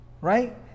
right